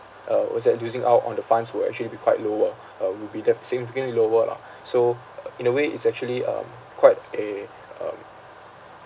uh was that losing out on the funds will actually be quite lower uh will be def~ significantly lower lah so uh in a way it's actually um quite a um